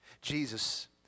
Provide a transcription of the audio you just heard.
Jesus